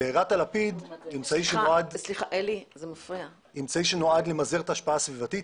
בערת הלפיד היא אמצעי שנועד למזער את ההשפעה הסביבתית.